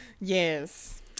Yes